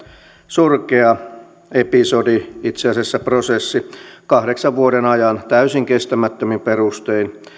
surkea episodi itse asiassa prosessi kahdeksan vuoden ajan täysin kestämättömin perustein